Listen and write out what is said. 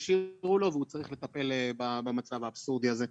שהשאירו לו והוא צריך לטפל במצב האבסורדי הזה.